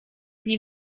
nie